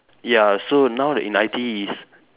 ya so now that in I_T_E is